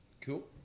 Cool